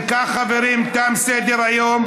אם כך, חברים, תם סדר-היום.